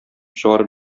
чыгарып